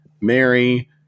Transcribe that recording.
Mary